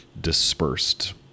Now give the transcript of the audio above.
dispersed